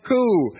Cool